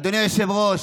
אדוני היושב-ראש,